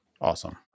Awesome